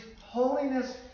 holiness